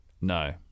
No